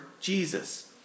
Jesus